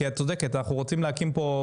כי את צודקת אנחנו רוצים להקים פה,